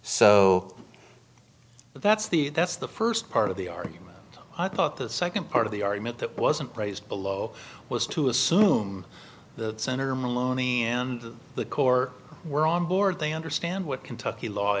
so but that's the that's the first part of the argument i thought the second part of the argument that wasn't raised below was to assume the center maloney and the core were on board they understand what kentucky law